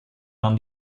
non